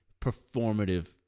performative